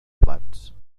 plats